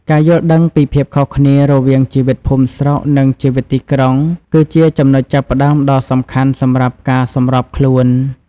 ការយល់ដឹងពីភាពខុសគ្នារវាងជីវិតភូមិស្រុក និងជីវិតទីក្រុង គឺជាចំណុចចាប់ផ្តើមដ៏សំខាន់សម្រាប់ការសម្របខ្លួន។